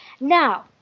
Now